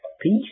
peace